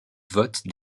vote